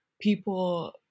People